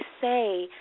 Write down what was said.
say